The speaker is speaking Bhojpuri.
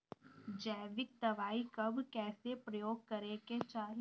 जैविक दवाई कब कैसे प्रयोग करे के चाही?